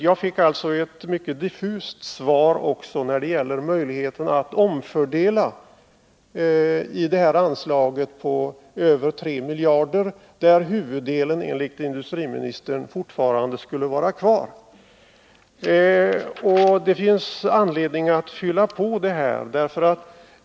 Jag fick också ett diffust svar på min fråga om möjligheten till omfördelning av anslaget på över 3 miljarder, där huvuddelen enligt industriministern fortfarande finns kvar.